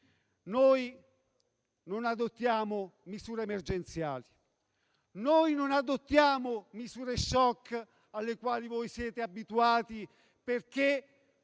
Noi non adottiamo misure emergenziali, non adottiamo le misure *shock* alle quali voi siete abituati, perché